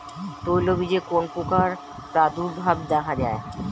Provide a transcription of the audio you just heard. তৈলবীজে কোন পোকার প্রাদুর্ভাব দেখা যায়?